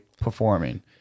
performing